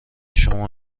شما